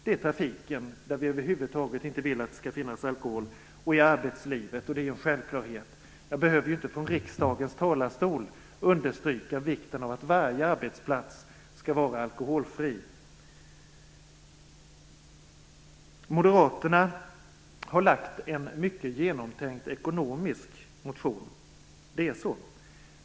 I trafiken vill vi över huvud taget inte att det skall finnas alkohol, inte heller i arbetslivet. Det är självklarheter. Jag behöver inte från riksdagens talarstol understryka vikten av att varje arbetsplats skall vara alkoholfri. Moderaterna har lagt en mycket genomtänkt ekonomisk motion.